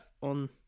on